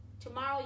Tomorrow